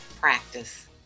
Practice